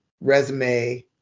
resume